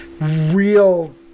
real